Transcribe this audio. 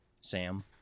Sam